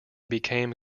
became